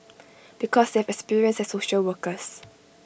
because they have experience as social workers